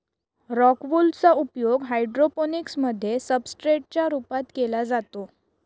rock wool चा उपयोग hydroponics मध्ये सब्सट्रेट च्या रूपात केला जातो